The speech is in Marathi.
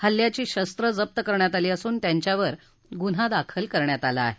हल्ल्याची शस्त्र जप्त करण्यात आली असून त्यांच्यावर गुन्हा दाखल करण्यात आला आहे